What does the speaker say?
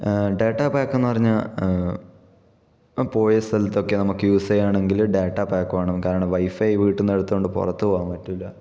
data pack എന്ന് പറഞ്ഞാൽ ഇപ്പം പോയ സ്ഥലത്തൊക്കെ നമുക്ക് യൂസ് ചെയ്യണമെങ്കില് ഡാറ്റ പാക്ക് വേണം കാരണം വൈഫൈ വീട്ടിൽ നിന്ന് എടുത്തോണ്ട് പുറത്ത് പോകാൻ പറ്റില്ല